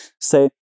say